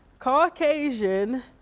caucasian,